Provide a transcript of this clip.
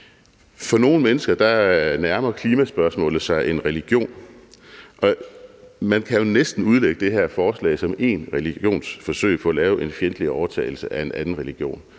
For nogle mennesker nærmer klimaspørgsmålet sig en religion, og man kan jo næsten udlægge det her forslag som én religions forsøg på at lave fjendtlig overtagelse af en anden religion,